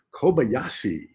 Kobayashi